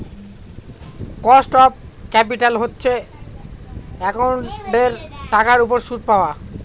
cost of capital হচ্ছে একাউন্টিঙের টাকার উপর সুদ পাওয়া